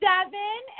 Seven